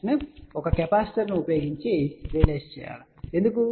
6 ను ఒక కెపాసిటర్ ను ఉపయోగించి రియలైజ్ చేయాలి ఎందుకు